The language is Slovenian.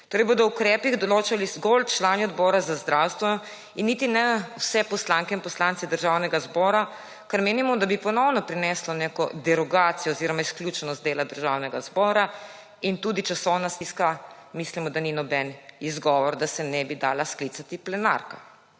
Torej bodo o ukrepih odločali zgolj člani Odbora za zdravstvo in niti ne vsi poslanci in poslanke Državnega zbora, kar menimo, da bi ponovno prineslo neko derogacijo oziroma izključnost dela Državnega zbora in tudi časovna stiska, mislimo, da ni noben izgovor, da se ne bi dala sklicali plenarka.